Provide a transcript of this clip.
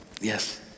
yes